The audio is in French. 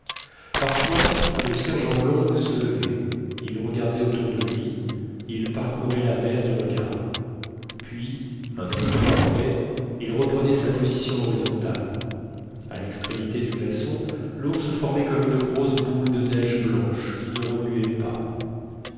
parfois le sergent long se levait il regardait autour de lui il parcourait la mer du regard puis un instant après il reprenait sa position horizontale à l'extrémité du glaçon l'ours formait comme une grosse boule de neige blanche qui ne remuait pas